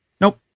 Nope